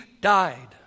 died